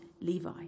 Levi